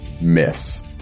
miss